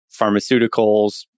pharmaceuticals